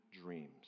Dreams